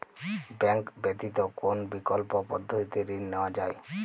Bank ব্যতিত কোন বিকল্প পদ্ধতিতে ঋণ নেওয়া যায়?